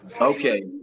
okay